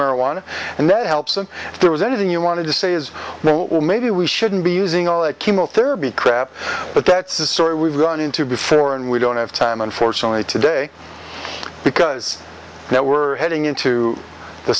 marijuana and that helps them there was anything you wanted to say is now well maybe we shouldn't be using all that chemotherapy crap but that's a story we've run into before and we don't have time unfortunately today because now we're heading into the